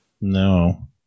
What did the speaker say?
no